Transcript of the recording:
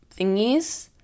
thingies